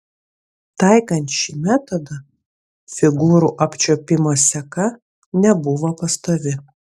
taikant šį metodą figūrų apčiuopimo seka nebuvo pastovi